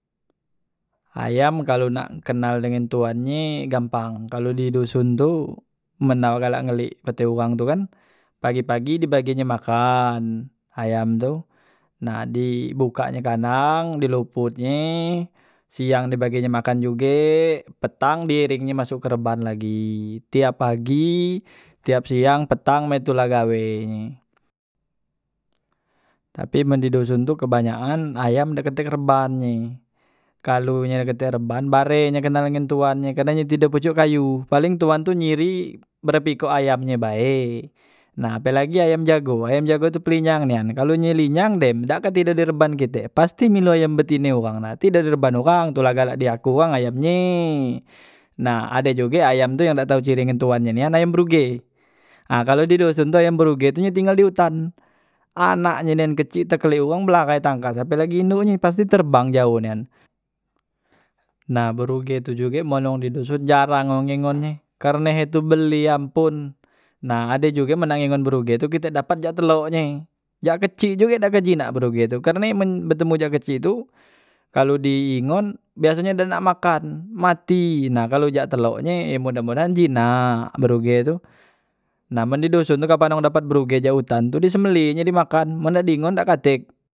Ayam kalo nak kenal dengan tuan nye gampang, kalu di dusun tu men nak galak melik pete wang tukan pagi- pagi di baginye makan ayam tu, nah di bukanyo kendang di luput nye siang di baginye makan juge petang die nye masuk ke reban lagi. Tiap pagi, tiap siang, petang, mak itu lah gawenye tapi men di duson tu kebanyakan ayam dak katek reban nye kalu nye dak katek reban bare nye kenal ngan tuan nye karne ye tidok pocok kayu paling tuan tu ngiri berapo ikok ayam nye bae, nah apelagi ayam jago, ayam jago tu pelinyang nian, kalo ni linyang dem dak ke tidok di reban kite pasti milu ayam betine wang nah tido di reban wang tula galak di aku wang ayam nye, nah ade juge ayam tu yang dak tau ciri dengan tuan nye nian ayam bruge, nah kalu di duson tu ayam bruge tu tinggal di utan anak nye nian kecik te kliuk wong berahai tangkai apelagi induk nye pasti terbang jaoh nian, nah bruge tu juge men wong di duson jarang wong ngengon nye karne he tu beli ampon nah ade juge men nak ngengon bruge tu kite dapat dak telok nye yang kecik juge dak te jinak bruge tu karne men betemu jak kecik tu kalu di ngengon biasonyo dio nak makan mati na kalo jak telok nye mudah- mudahan jinak bruge tu, nah men di duson tu kapan wong dapat bruge utan tu di sembelih nyo di makan men nak di ngon dak katek.